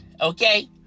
okay